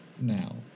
now